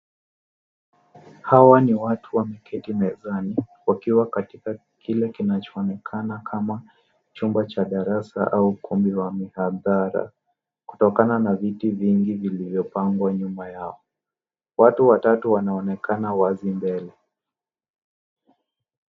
Hawa ni watu wameketi mezani wakiwa katika kile kinachoonekana kama chumba cha darasa au ukumbi wa miabara kutokana na viti vingi vilivyopangwa nyuma yao. Watu watatu wanaonekana wazi mbele.